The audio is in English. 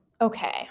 Okay